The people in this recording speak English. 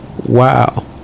wow